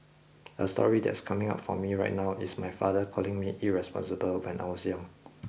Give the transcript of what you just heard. a story that's coming up for me right now is my father calling me irresponsible when I was young